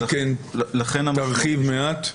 עמי, תרחיב מעט.